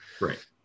Right